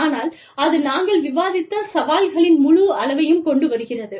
ஆனால் அது நாங்கள் விவாதித்த சவால்களின் முழு அளவையும் கொண்டு வருகிறது